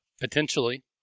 potentially